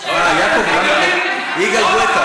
יגאל גואטה.